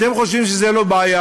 אתם חושבים שזו לא בעיה,